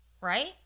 right